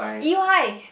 E Y